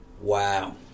wow